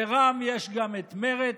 לרע"מ יש גם את מרצ,